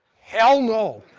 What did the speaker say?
hell no!